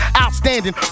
Outstanding